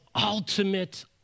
ultimate